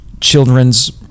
children's